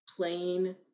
plain